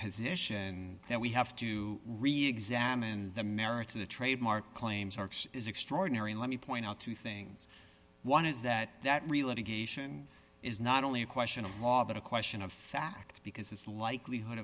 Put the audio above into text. position that we have to re examine the merits of the trademark claims arks is extraordinary let me point out two things one is that that reality geisha is not only a question of law but a question of fact because it's likelihood